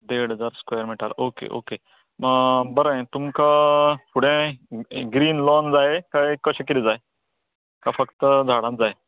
देड हजार square metre okay okay बरें तुमका फुडें ग्रीन लाॅन जाय काय कशें कितें जाय काय फक्त झाडात जाय